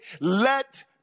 let